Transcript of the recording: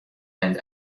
and